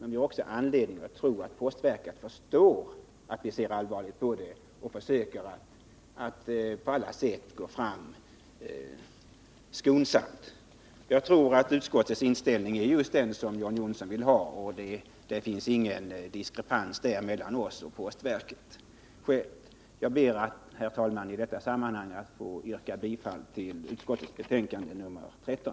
Men vi har också anledning att tro att postverket förstår att vi ser allvarligt på detta och att man på alla sätt försöker gå fram skonsamt. Jag tror att utskottets inställning är just den som John Johnsson vill ha. Det finns härvidlag, ingen diskrepans mellan oss och postverket. Jag ber, herr talman, att i detta sammanhang få yrka bifall till utskottets hemställan i betänkandet nr 13.